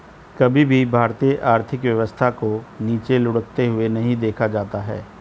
कभी भी भारतीय आर्थिक व्यवस्था को नीचे लुढ़कते हुए नहीं देखा जाता है